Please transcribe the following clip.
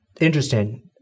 Interesting